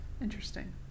interesting